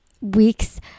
week's